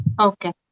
Okay